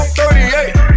38